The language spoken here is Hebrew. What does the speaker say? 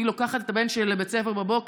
לוקחת את הבן שלי לבית הספר בבוקר,